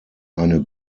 eine